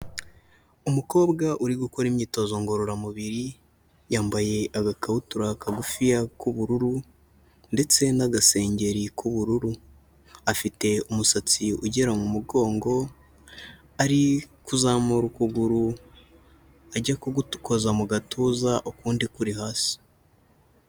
Umukobwa uri gukora imyitozo ngororamubiri, yambaye agakabutura kagufiya k'ubururu, ndetse n'agasengeri k'ubururu, afite umusatsi ugera mu mugongo, ari kuzamura ukuguru ajya kugukoza mu gatuza ukundi kuri hasi.